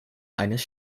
eines